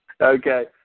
Okay